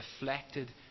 reflected